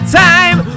time